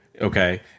Okay